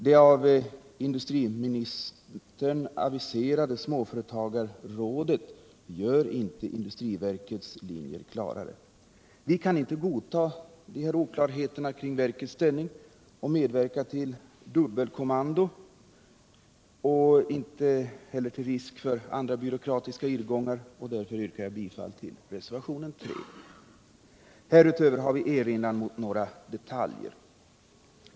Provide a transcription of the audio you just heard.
Det av industriministern aviserade småföretagarrådet gör inte industriverkets linje klarare. Vi kan inte godta dessa oklarheter kring verkets ställning och medverka till dubbelkommando och risk för andra byråkratiska irrgångar. Därför yrkar jag bifall till reservationen 3. Härutöver har vi erinringar mot några detaljer.